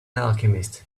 alchemist